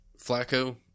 Flacco